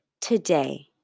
today